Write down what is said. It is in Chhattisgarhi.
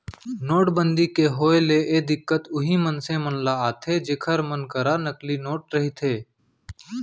नोटबंदी के होय ले ए दिक्कत उहीं मनसे मन ल आथे जेखर मन करा नकली नोट रहिथे